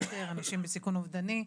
לאתר אנשים בסיכון אובדני,